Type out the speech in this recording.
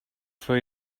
for